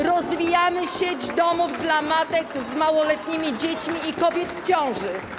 Rozwijamy sieć domów dla matek z małoletnimi dziećmi i kobiet w ciąży.